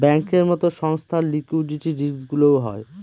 ব্যাঙ্কের মতো সংস্থার লিকুইডিটি রিস্কগুলোও হয়